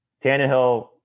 Tannehill